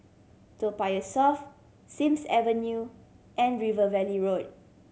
Toa Payoh South Sims Avenue and River Valley Road